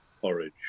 porridge